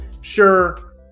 sure